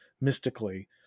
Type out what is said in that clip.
mystically